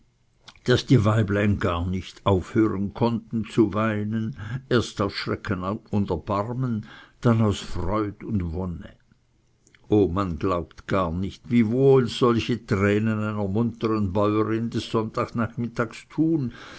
daß die weiblein gar nicht aufhören konnten zu weinen erst aus schrecken und erbarmen dann aus freude und wonne o man glaubt gar nicht wie wohl solche tränen einer muntern bäuerin des sonntagsnachmittags tun